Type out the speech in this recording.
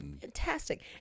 fantastic